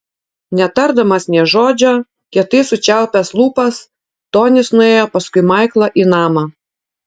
netardamas nė žodžio kietai sučiaupęs lūpas tonis nuėjo paskui maiklą į namą